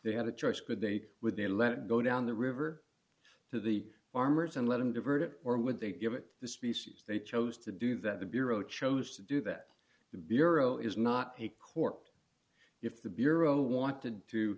they had a choice could they would they let it go down the river to the farmers and let them divert it or would they give it to the species they chose to do that the bureau chose to do that the bureau is not a court if the bureau wanted to